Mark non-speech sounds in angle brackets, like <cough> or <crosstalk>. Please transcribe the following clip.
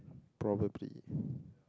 probably <breath>